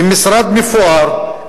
עם משרד מפואר,